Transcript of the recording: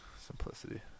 simplicity